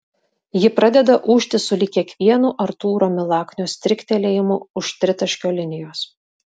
ji pradeda ūžti sulig kiekvienu artūro milaknio striktelėjimu už tritaškio linijos